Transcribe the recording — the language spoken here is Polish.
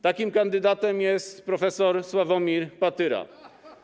Takim kandydatem jest prof. Sławomir Patyra.